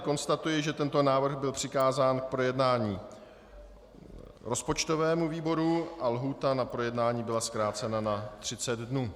Konstatuji tedy, že tento návrh byl přikázán k projednání rozpočtovému výboru a lhůta na projednání byla zkrácena na 30 dnů.